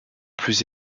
plus